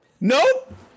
nope